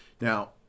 Now